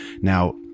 Now